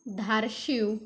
Dharashiv